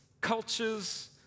cultures